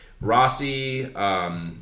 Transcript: Rossi